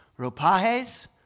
Ropajes